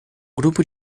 grupo